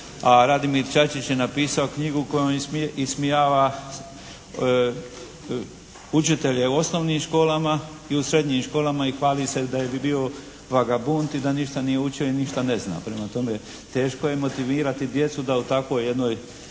A Radimir Čačić je napisao knjigu kojom ismijava učitelje u osnovnim školama i u srednjim školama i hvali se da je bio vagabund i da ništa nije učio i da ništa ne zna. Prema tome teško je motivirati djecu da u takvoj jednoj